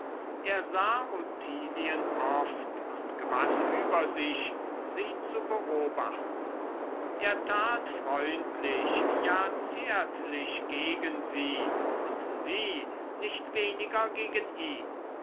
er sah ottilien oft und gewann über sich sie zu beobachten er tat freundlich ja zärtlich gegen sie und sie nicht weniger gegen ihn